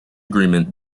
agreement